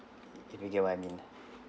did did you get what I mean ah